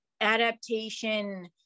adaptation